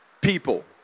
People